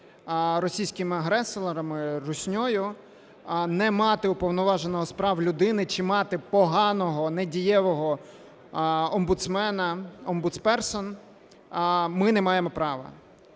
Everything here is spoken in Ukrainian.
російськими агресорами, руснею, не мати Уповноваженого з прав людини чи мати поганого, недієвого омбудсмена, Ombudsperson ми не маємо права.